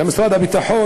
אל משרד הביטחון,